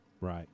Right